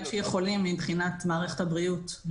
מה שיכולים מבחינת מערכת הבריאות.